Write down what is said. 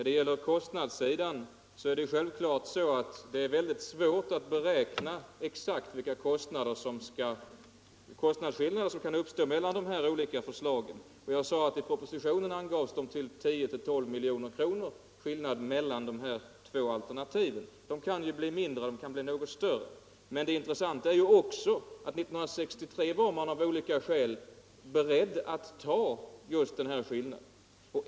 Herr talman! Det är naturligtvis svårt att exakt beräkna vilka kostnadsskillnader som kan uppstå mellan de olika förslagen. I propositionen angavs skillnaden mellan de två alternativen bli 10-12 milj.kr. Den kan bli mindre och den kan bli något större. Men det intressanta är också att 1963 var man av olika skäl beredd att acceptera denna skillnad.